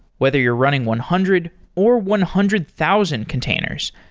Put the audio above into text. whether you're running one hundred or one hundred thousand containers,